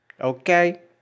Okay